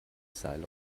seil